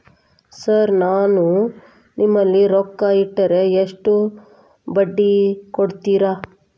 Sir ನಾನು ನಿಮ್ಮಲ್ಲಿ ರೊಕ್ಕ ಇಟ್ಟರ ಎಷ್ಟು ಬಡ್ಡಿ ಕೊಡುತೇರಾ?